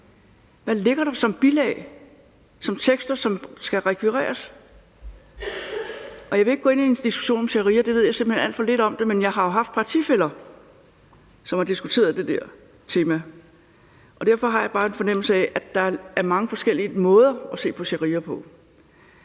Hvad ligger der som bilag, som tekster, som skal rekvireres? Jeg vil ikke gå ind i en diskussion om sharia – jeg ved simpelt hen alt for lidt om det – men jeg har jo haft partifæller, som har diskuteret det der tema, og derfor har jeg bare en fornemmelse af, at der er mange forskellige måder at se på sharia på.